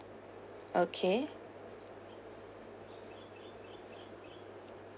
okay